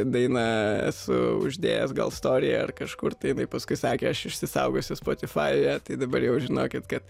dainą esu uždėjęs gal storyje ar kažkur tai jinai paskui sakė aš išsisaugosiu spotify ją tai dabar jau žinokit kad